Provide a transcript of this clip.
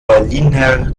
berliner